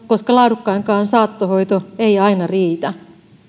koska laadukkainkaan saattohoito ei aina riitä